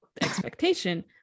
expectation